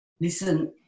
listen